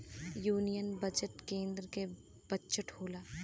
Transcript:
union budget केन्द्र के budget होला